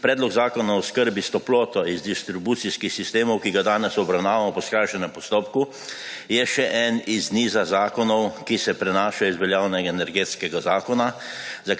Predlog zakona o oskrbi s toploto iz distribucijskih sistemov, ki ga danes obravnavamo po skrajšanem postopku, je še en iz niza zakonov, ki se prenaša iz veljavnega Energetskega zakona,